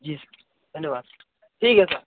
जी sir धन्यवाद ठीक है सर